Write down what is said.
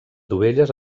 dovelles